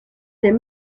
ces